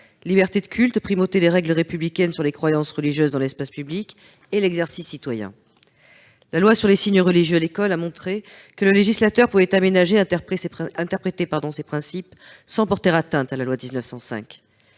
liberté de culte, primauté des règles républicaines sur les croyances religieuses dans l'espace public et l'exercice citoyen. La loi sur les signes religieux à l'école a montré que le législateur pouvait aménager, interpréter ces principes sans porter atteinte à la loi de 1905.